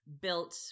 built